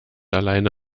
alleine